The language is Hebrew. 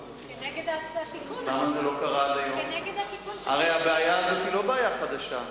כנגד התיקון, הרי הבעיה הזאת היא לא בעיה חדשה.